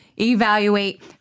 Evaluate